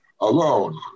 alone